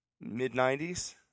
Mid-90s